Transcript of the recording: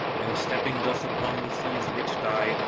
and stepping thus upon the sea's rich dye,